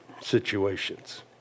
situations